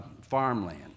farmland